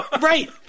Right